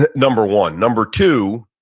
ah number one number two,